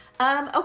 Okay